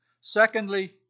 Secondly